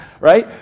Right